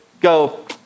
go